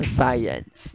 science